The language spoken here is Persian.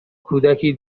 کودکی